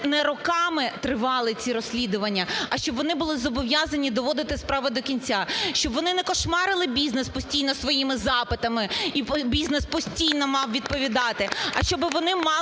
не роками тривали ці розслідування, а щоб вони були зобов'язані доводити справи до кінця, щоб вони не кошмарили бізнес постійно своїми запитами, і бізнес постійно мав відповідати, а щоб вони мали